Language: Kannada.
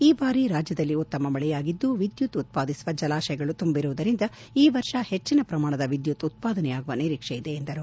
ಈ ಬಾರಿ ರಾಜ್ಜದಲ್ಲಿ ಉತ್ತಮ ಮಳೆಯಾಗಿದ್ದು ವಿದ್ದುತ್ ಉತ್ಪಾದಿಸುವ ಜಲಾಶಯಗಳು ತುಂಬಿರುವುದರಿಂದ ಈ ವರ್ಷ ಹೆಚ್ಚಿನ ಪ್ರಮಾಣದ ವಿದ್ಚುತ್ ಉತ್ಪಾದನೆಯಾಗುವ ನಿರೀಕ್ಷೆ ಇದೆ ಎಂದರು